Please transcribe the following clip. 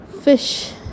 fish